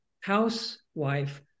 housewife